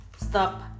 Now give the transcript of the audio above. stop